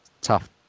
tough